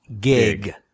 gig